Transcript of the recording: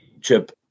chip